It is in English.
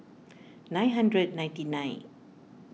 nine hundred ninety nine